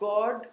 God